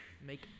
Make